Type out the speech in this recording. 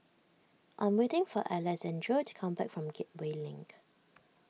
I'm waiting for Alexandro to come back from Gateway Link